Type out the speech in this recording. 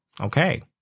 Okay